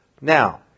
Now